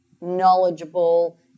knowledgeable